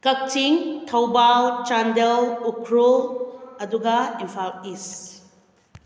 ꯀꯛꯆꯤꯡ ꯊꯧꯕꯥꯜ ꯆꯥꯟꯗꯦꯜ ꯎꯈꯨꯔꯨꯜ ꯑꯗꯨꯒ ꯏꯝꯐꯥꯜ ꯏꯁ꯭ꯠ